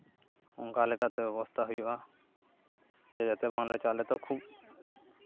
ᱚᱱᱠᱟ ᱞᱮᱠᱟᱛᱮ ᱵᱮᱵᱚᱥᱛᱷᱟ ᱦᱩᱭᱩᱜᱼᱟ ᱡᱟᱛᱮ ᱵᱟᱝᱞᱮ ᱟᱞᱮ ᱛᱚ ᱠᱷᱩᱵᱽ